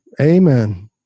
Amen